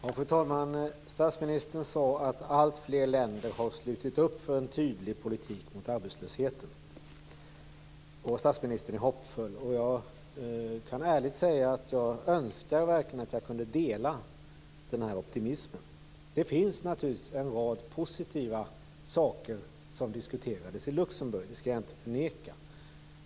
Fru talman! Statsministern sade att alltfler länder har slutit upp för en tydligt politik mot arbetslösheten, och statsministern är hoppfull. Jag kan ärligt säga att jag önskar verkligen att jag kunde dela den optimismen. Det finns naturligtvis en rad positiva saker som diskuterades i Luxemburg, det skall jag inte förneka.